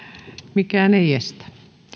mikään ei estä